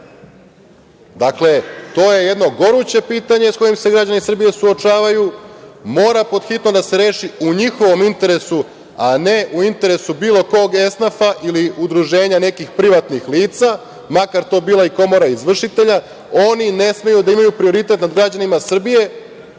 dešava. Dakle, to je jedno goruće pitanje sa kojim se građani Srbije suočavaju. Mora pod hitno da se reši u njihovom interesu, a ne u interesu bilo kog esnafa ili udruženja nekih privatnih lica, makar to bila i komora izvršitelja. Oni ne smeju da imaju prioritet nad građanima Srbije